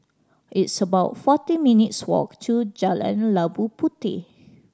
it's about fourteen minutes' walk to Jalan Labu Puteh